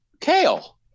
kale